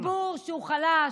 ציבור שהוא חלש.